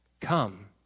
Come